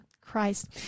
Christ